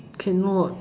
cannot